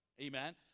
Amen